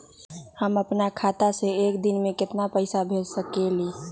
हम अपना खाता से एक दिन में केतना पैसा भेज सकेली?